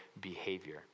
behavior